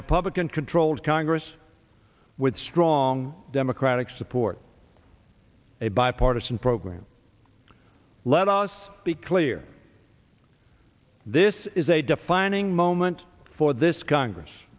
republican controlled congress with strong democratic support a bipartisan program let us be clear this is a defining moment for this congress